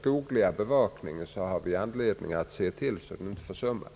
Vi har anledning se till att den skogliga bevakningen inte försummas.